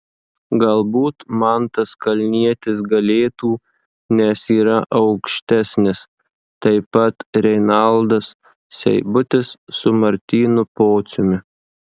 galbūt mantas kalnietis galėtų nes yra aukštesnis taip pat renaldas seibutis su martynu pociumi